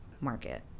market